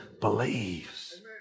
believes